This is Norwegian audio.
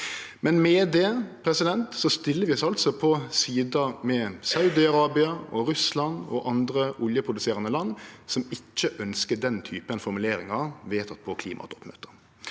Med det stiller vi oss altså på sida til Saudi-Arabia, Russland og andre oljeproduserande land som ikkje ønskjer den typen formuleringar vedtekne på klimatoppmøtet.